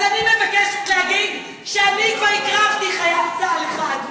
אז אני מבקשת להגיד שאני כבר הקרבתי חייל צה"ל אחד.